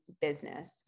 business